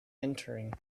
entering